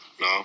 no